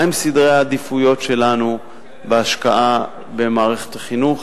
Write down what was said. מהם סדרי העדיפויות שלנו וההשקעה במערכת החינוך.